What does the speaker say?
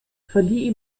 verlieh